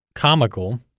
comical